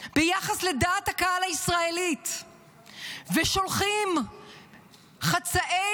ביחס לדעת הקהל הישראלית ושולחים חצאי